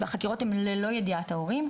והחקירות הן ללא ידיעת ההורים,